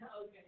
Okay